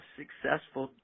successful